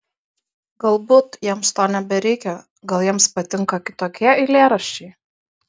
galbūt jiems to nebereikia gal jiems patinka kitokie eilėraščiai